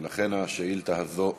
ולכן השאילתה הזאת יורדת.